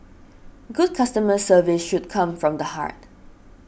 good customer service should come from the heart